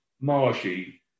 Marshy